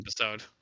episode